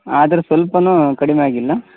ಆದ್ರೆ ಸ್ವಲ್ಪನು ಕಡಿಮೆ ಆಗಿಲ್ಲ